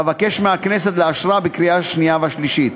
ואבקש מהכנסת לאשרה בקריאה השנייה והשלישית.